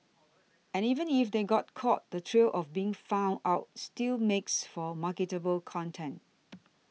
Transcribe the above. and even if they got caught the thrill of being found out still makes for marketable content